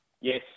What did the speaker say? Yes